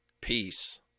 peace